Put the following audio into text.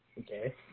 Okay